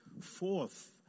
fourth